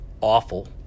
awful